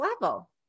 level